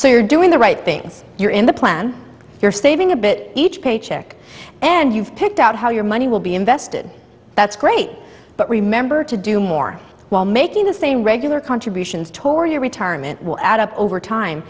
so you're doing the right things you're in the plan you're saving a bit each paycheck and you've picked out how your money will be invested that's great but remember to do more while making the same regular contributions toward your retirement will add up over time